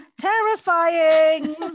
Terrifying